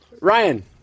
Ryan